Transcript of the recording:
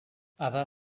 other